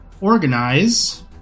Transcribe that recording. organize